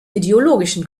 ideologischen